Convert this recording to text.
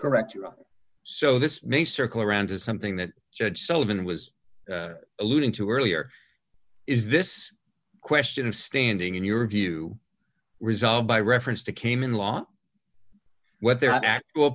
correct so this may circle around to something that judge sullivan was alluding to earlier is this question of standing in your view resolved by reference to cayman law what their act